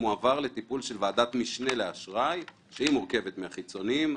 מועבר לטיפול של ועדת משנה לאשראי שמורכבת מהחיצוניים.